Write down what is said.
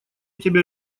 тебя